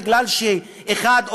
בגלל אחד,